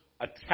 attack